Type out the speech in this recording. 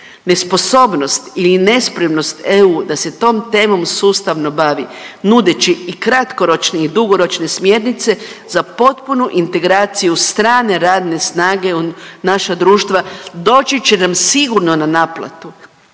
Nesposobnost ili nespremnost EU da se tom temom sustavno bavi nudeći i kratkoročne i dugoročne smjernice za potpunu integraciju strane radne snage u naša društva doći će nam sigurno na naplatu,